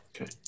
Okay